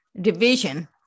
division